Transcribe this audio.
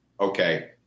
okay